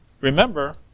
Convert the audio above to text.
Remember